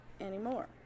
anymore